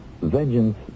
Vengeance